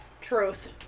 truth